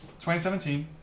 2017